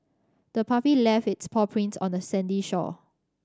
the puppy left its paw prints on the sandy shore